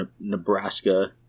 Nebraska